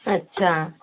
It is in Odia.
ଆଚ୍ଛା